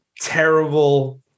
terrible